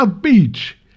Beach